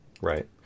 Right